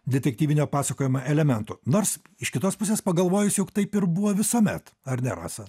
detektyvinio pasakojimo elementų nors iš kitos pusės pagalvojus juk taip ir buvo visuomet ar ne rasa